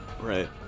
right